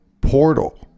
portal